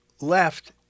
left